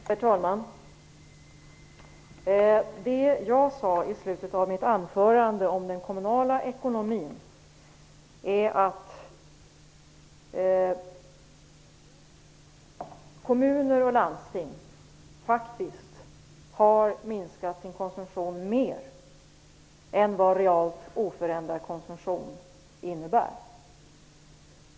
Herr talman! Det jag sade om den kommunala ekonomin i slutet av mitt anförande var att kommuner och landsting faktiskt har begränsat sin konsumtion mer än vad realt oförändrad konsumtion innebär.